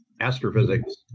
Astrophysics